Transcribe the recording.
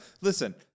Listen